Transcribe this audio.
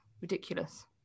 ridiculous